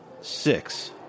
Six